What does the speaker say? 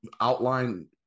outline